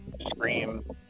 scream